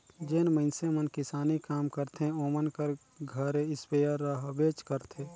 जेन मइनसे मन किसानी काम करथे ओमन कर घरे इस्पेयर रहबेच करथे